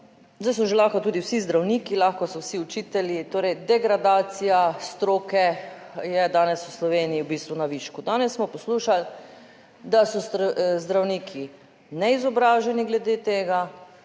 Zdaj so že lahko tudi vsi zdravniki, lahko so vsi učitelji, Torej degradacija stroke je danes v Sloveniji v bistvu na višku. Danes smo poslušali, da so zdravniki neizobraženi glede tega,